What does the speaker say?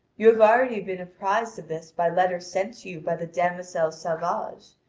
you have already been apprised of this by letters sent you by the dameisele sauvage.